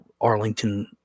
Arlington